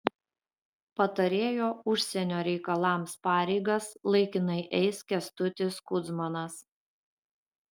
patarėjo užsienio reikalams pareigas laikinai eis kęstutis kudzmanas